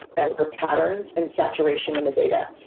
ah for patterns and saturation in the data.